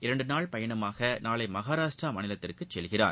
இரண்டு நாள் பயணமாக நாளை மகாராஷ்டிரா மாநிலத்திற்கு செல்கிறார்